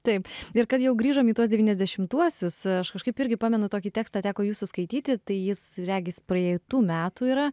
taip ir kad jau grįžom į tuos devyniasdešimtuosius aš kažkaip irgi pamenu tokį tekstą teko jūsų skaityti tai jis regis praeitų metų yra